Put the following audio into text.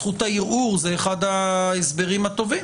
זכות הערעור היא אחד ההסברים הטובים,